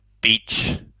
beach